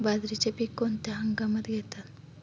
बाजरीचे पीक कोणत्या हंगामात घेतात?